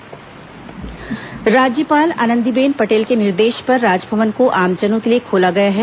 राजभवन भ्रमण राज्यपाल आनंदीबेन पटेल के निर्देश पर राजभवन को आमजनों के लिए खोला गया है